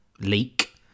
leak